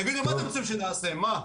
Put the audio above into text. תגידו, מה אתם רוצים שנעשה, מה?